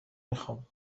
میخوام